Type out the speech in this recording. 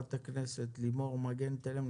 חברת הכנסת לימור מגן תלם,